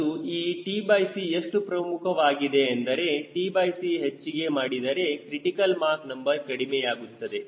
ಮತ್ತು ಈ tc ಎಷ್ಟು ಪ್ರಮುಖವಾಗಿದೆ ಎಂದರೆ tc ಹೆಚ್ಚಿಗೆ ಮಾಡಿದರೆ ಕ್ರಿಟಿಕಲ್ ಮಾಕ್ ನಂಬರ್ ಕಡಿಮೆಯಾಗುತ್ತದೆ